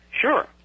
Sure